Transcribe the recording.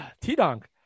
T-Donk